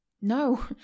No